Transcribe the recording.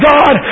God